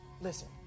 listen